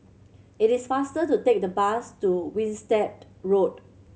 it is faster to take the bus to Winstedt Road